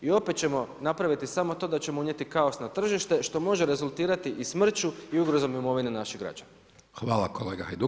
I opet ćemo napraviti samo to da će unijeti kaos na tržište što može rezultirati i smrću i ugrozom imovine naših građana.